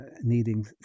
needing